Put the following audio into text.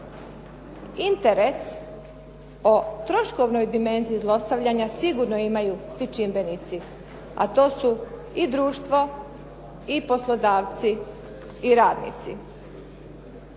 Interes o troškovnoj dimenziji zlostavljanja sigurno imaju svi čimbenici, a to su i društvo i poslodavci i radnici.